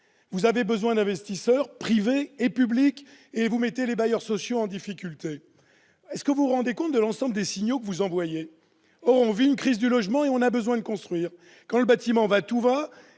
vous avez besoin d'investisseurs privés et publics, et vous mettez les bailleurs sociaux en difficulté. Effectivement. Vous rendez-vous compte de l'ensemble des signaux que vous envoyez ? Or nous vivons une crise du logement et nous avons besoin de construire. Quand le bâtiment va, tout va,